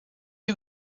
you